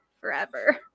forever